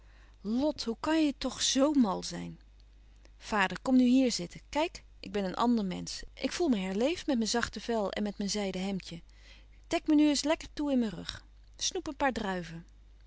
lot hoe kan je toch zoo mal zijn vader kom nu hier zitten kijk ik ben een ander mensch ik voel me herleefd met mijn zachte vel en met mijn zijden hemdje dek me nu eens lekker toe in mijn rug snoep een paar druiven